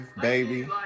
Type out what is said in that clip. baby